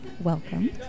welcome